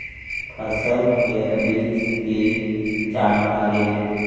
फसल के बीज की जानकारी?